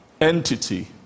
entity